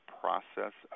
process